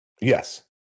Yes